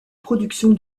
production